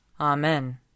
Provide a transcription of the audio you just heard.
Amen